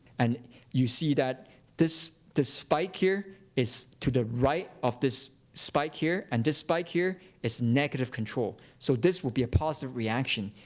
and you see that this spike here is to the right of this spike here. and this spike here is negative control. so this will be a positive reaction.